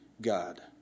God